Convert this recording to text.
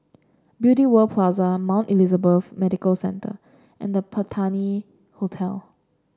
Beauty World Plaza Mount Elizabeth Medical Centre and The Patina Hotel